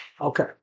Okay